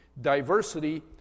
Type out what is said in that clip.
diversity